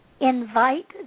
invite